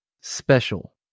special